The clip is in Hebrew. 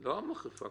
לא מנגנון האכיפה.